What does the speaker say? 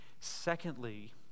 Secondly